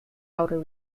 outer